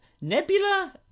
Nebula